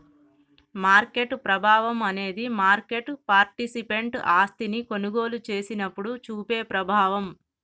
market ప్రభావం అనేది market participant ఆస్తిని కొనుగోలు చేసినప్పుడు చూపే ప్రభావం